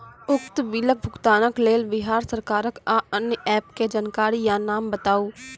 उक्त बिलक भुगतानक लेल बिहार सरकारक आअन्य एप के जानकारी या नाम बताऊ?